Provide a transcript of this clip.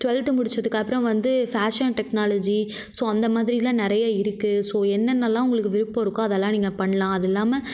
twelfth முடித்ததுக்கு அப்புறம் வந்து ஃபேஷன் டெக்னாலஜி ஸோ அந்த மாதிரியெலாம் நிறைய இருக்குது ஸோ என்னென்னலாம் உங்களுக்கு விருப்பம் இருக்கோ அதெலாம் நீங்கள் பண்ணலாம் அது இல்லாமல்